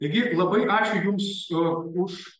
taigi labai ačiū jums už